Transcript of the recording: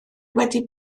wedi